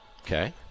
Okay